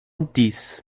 dix